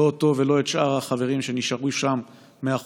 לא אותו ולא את שאר החברים שנשארו שם מאחור,